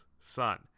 son